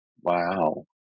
Wow